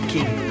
King